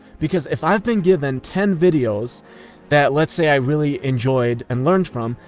because if i've been given ten videos that let's say i really enjoyed and learned from,